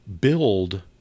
build